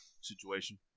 situation